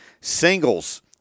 singles